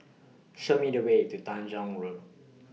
Show Me The Way to Tanjong Rhu